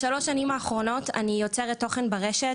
בשלוש השנים האחרונות אני יוצרת תוכן ברשת